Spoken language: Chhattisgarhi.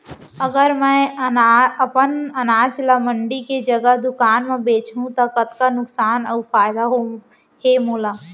अगर मैं अपन अनाज ला मंडी के जगह दुकान म बेचहूँ त कतका नुकसान अऊ फायदा हे मोला?